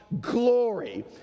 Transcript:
glory